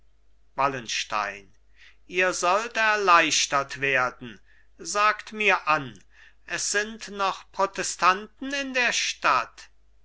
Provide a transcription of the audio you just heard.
wallenstein ihr sollt erleichtert werden sagt mir an es sind noch protestanten in der stadt